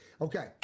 Okay